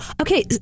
okay